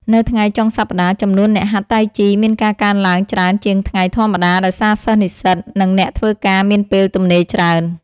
នៅថ្ងៃចុងសប្ដាហ៍ ចំនួនអ្នកហាត់តៃជីមានការកើនឡើងច្រើនជាងថ្ងៃធម្មតា ដោយសារសិស្សនិស្សិត និងអ្នកធ្វើការមានពេលទំនេរច្រើន។